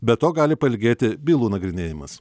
be to gali pailgėti bylų nagrinėjimas